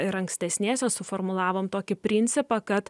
ir ankstesnėse suformulavom tokį principą kad